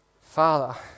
Father